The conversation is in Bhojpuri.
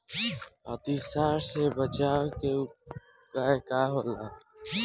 अतिसार से बचाव के उपाय का होला?